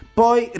poi